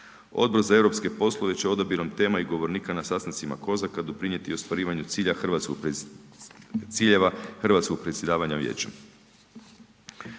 Odbor za eu poslove će odabirom tema i govornika na sastancima COSAC-a doprinijeti i ostvarivanju ciljeva hrvatskog predsjedavanja Vijećem.